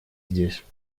здесь